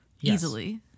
easily